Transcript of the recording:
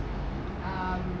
ah